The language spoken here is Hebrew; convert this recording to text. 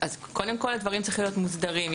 קודם כל הדברים צריכים להיות מוסדרים.